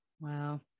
Wow